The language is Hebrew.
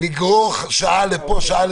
נגרור שעה לפה או שעה לשם?